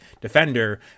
defender